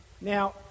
Now